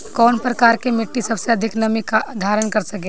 कौन प्रकार की मिट्टी सबसे अधिक नमी धारण कर सकेला?